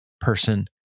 person